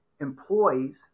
employees